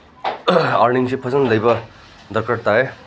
ꯑꯥꯔꯅꯤꯡꯁꯤ ꯐꯖꯅ ꯂꯩꯕ ꯗꯔꯀꯥꯔ ꯇꯥꯏ